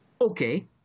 okay